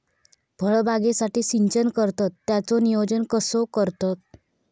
फळबागेसाठी सिंचन करतत त्याचो नियोजन कसो करतत?